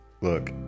look